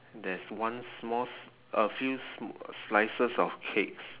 there's one small s~ a few s~ slices of cakes